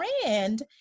friend